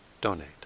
donate